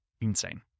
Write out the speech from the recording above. insane